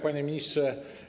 Panie Ministrze!